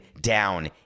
down